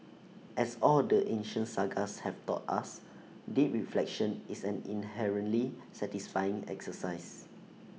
as all the ancient sages have taught us deep reflection is an inherently satisfying exercise